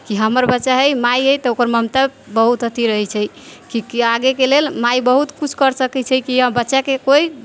कि हमर बच्चा हइ माइ हइ तऽ ओकर ममता बहुत अथी रहै छै कि कि आगेके लेल माइ बहुत किछु करि सकै छै कि हमर बच्चाके कोइ